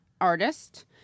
artist